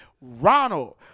Ronald